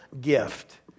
gift